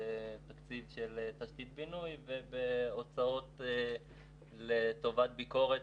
תקציב של תשתית בינוי וכן בהוצאות לטובת ביקורת